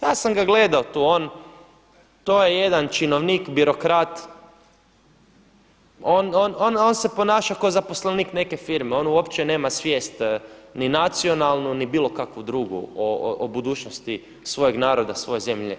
Ja sam ga gledao tu, on, to je jedan činovnik birokrat, on se ponaša kao zaposlenik neke firme, on uopće nema svijest ni nacionalnu ni bilo kakvu drugu o budućnosti svojeg naroda, svoje zemlje.